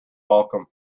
welcome